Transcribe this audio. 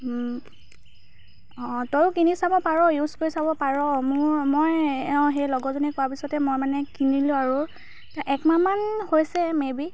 অঁ তয়ো কিনি চাব পাৰ ইউজ কৰি চাব পাৰ মোৰ মই অঁ সেই লগৰজনীয়ে কোৱাৰ পিছতে মই মানে কিনিলোঁ আৰু তে একমাহ মান হৈছে মে'বি